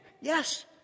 Yes